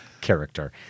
character